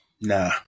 Nah